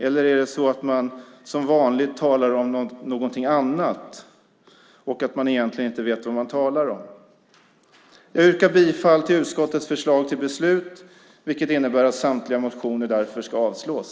Talar man, som vanligt, om något annat och egentligen inte vet vad man talar om? Jag yrkar bifall till utskottets förslag till beslut, vilket innebär att samtliga motioner avslås.